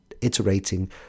iterating